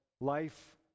life